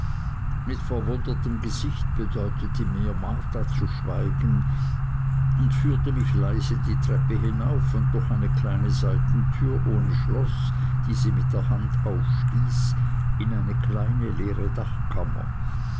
mit verwundertem gesichte bedeutete mir marta zu schweigen und führte mich leise die treppe hinauf und durch eine kleine seitentür ohne schloß die sie mit der hand aufstieß in eine kleine leere dachkammer